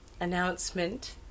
announcement